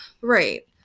Right